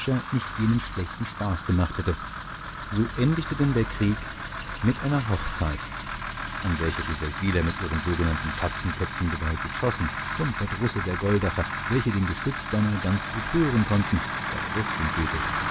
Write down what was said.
nicht jenen schlechten spaß gemacht hätte gottfried keller so endigte denn der krieg mit einer hochzeit an welcher die seldwyler mit ihren sogenannten katzenköpfen gewaltig schossen zum verdrusse der goldacher welche den geschützdonner ganz gut hören konnten da der westwind wehte